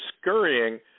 scurrying